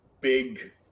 big